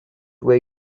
where